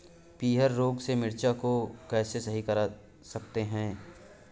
पीहर रोग से मिर्ची को कैसे सही कर सकते हैं?